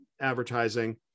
advertising